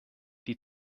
die